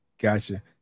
Gotcha